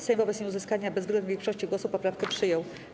Sejm wobec nieuzyskania bezwzględnej większości głosów poprawkę przyjął.